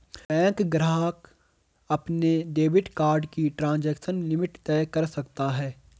bank ग्राहक अपने debit card की ट्रांज़ैक्शन लिमिट तय कर सकता है